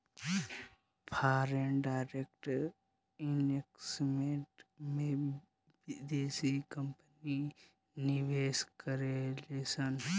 foreign direct investment में बिदेसी company निवेश करेलिसन